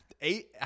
eight